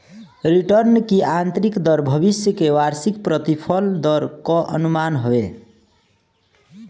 return की आतंरिक दर भविष्य के वार्षिक प्रतिफल दर कअ अनुमान हवे